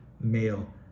male